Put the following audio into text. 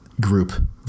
group